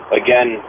again